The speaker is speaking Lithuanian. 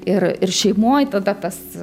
ir ir šeimoj tada tas